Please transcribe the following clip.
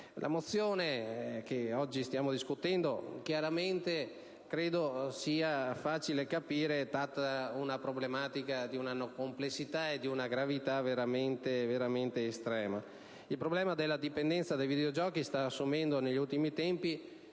La mozione che oggi stiamo discutendo, come credo sia facile capire, tratta una problematica di una complessità e di una gravità veramente estreme. Il problema della dipendenza dai videogiochi sta assumendo negli ultimi tempi,